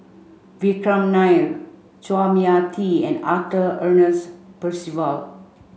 Vikram Nair Chua Mia Tee and Arthur Ernest Percival